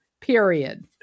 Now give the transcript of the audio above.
period